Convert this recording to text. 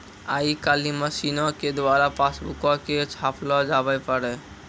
आइ काल्हि मशीनो के द्वारा पासबुको के छापलो जावै पारै